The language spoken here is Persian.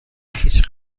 هیچ